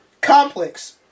Complex